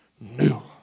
new